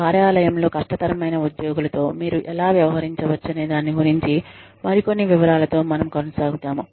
కార్యాలయంలో కష్టతరమైన ఉద్యోగులతో మీరు ఎలా వ్యవహరించవచ్చనే దాని గురించి మరికొన్ని వివరాలతో మనము కొనసాగుదాము